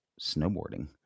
snowboarding